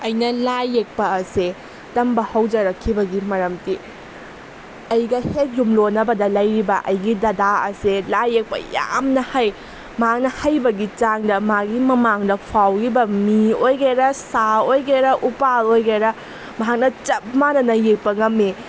ꯑꯩꯅ ꯂꯥꯏ ꯌꯦꯛꯄ ꯑꯁꯦ ꯇꯝꯕ ꯍꯧꯖꯔꯛꯈꯤꯕꯒꯤ ꯃꯔꯝꯗꯤ ꯑꯩꯒ ꯍꯦꯛ ꯌꯨꯝꯂꯣꯟꯅꯕꯗ ꯂꯩꯔꯤꯕ ꯑꯩꯒꯤ ꯗꯗꯥ ꯑꯁꯦ ꯂꯥꯏ ꯌꯦꯛꯄ ꯌꯥꯝꯅ ꯍꯩ ꯃꯍꯥꯛꯅ ꯍꯩꯕꯒꯤ ꯆꯥꯡꯗ ꯃꯥꯒꯤ ꯃꯃꯥꯡꯗ ꯐꯥꯎꯈꯤꯕ ꯃꯤ ꯑꯣꯏꯒꯦꯔꯥ ꯁꯥ ꯑꯣꯏꯒꯦꯔꯥ ꯎꯄꯥꯜ ꯑꯣꯏꯒꯦꯔꯥ ꯃꯍꯥꯛꯅ ꯆꯞ ꯃꯥꯟꯅꯅ ꯌꯦꯛꯄ ꯉꯝꯃꯤ